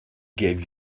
gave